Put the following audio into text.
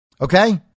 okay